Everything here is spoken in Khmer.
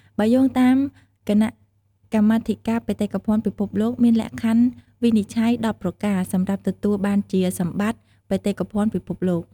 បើយោងតាមគណៈកម្មាធិការបេតិកភណ្ឌពិភពលោក មានលក្ខខណ្ឌវិនិច្ឆ័យ១០ប្រការ សម្រាប់ទទួលបានជាសម្បត្តិ បេតិកភណ្ឌពិភពលោក។